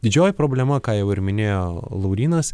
didžioji problema ką jau ir minėjo laurynas